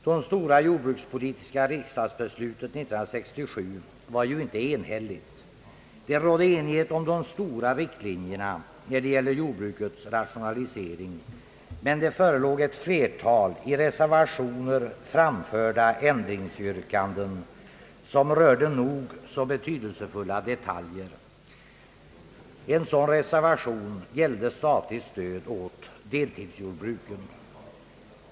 Det stora jordbrukspolitiska riksdagsbeslutet 1967 var inte enhälligt. Det rådde enighet om de stora riktlinjerna, när det gällde jordbrukets rationalisering, men det förelåg ett flertal i reservationer framförda ändringsyrkanden, som rörde nog så betydelsefulla detaljer. En sådan reservation gällde statligt stöd åt deltidsjordbruken.